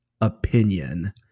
opinion